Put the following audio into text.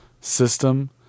system